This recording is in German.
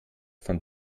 von